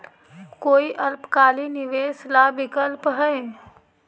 कोई अल्पकालिक निवेश ला विकल्प हई?